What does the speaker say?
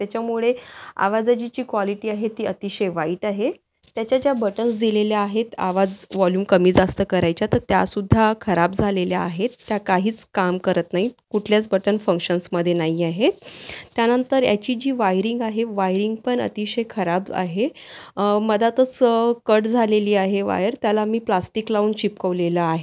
त्याच्यामुळे आवाजाची ची क्वालिटी आहे ती अतिशय वाईट आहे त्याच्या ज्या बटन्स दिलेल्या आहेत आवाज वॉल्यूम कमी जास्त करायच्या तर त्या सुद्धा खराब झालेल्या आहेत त्या काहीच काम करत नाहीत कुठल्याच बटन फंक्शन्समध्ये नाही आहेत त्यानंतर याची जी वायरिंग आहे वायरिंग पण अतिशय खराब आहे मध्यातच कट झालेली आहे वायर त्याला मी प्लास्टिक लावून चिपकवलेलं आहे